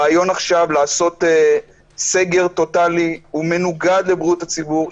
הרעיון עכשיו לעשות סגר טוטלי הוא מנוגד לבריאות הציבור.